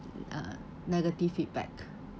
uh negative feedback